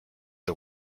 the